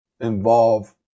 involve